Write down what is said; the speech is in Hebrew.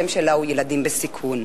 שהשם שלה הוא "ילדים בסיכון".